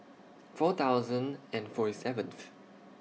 four thousand and forty seventh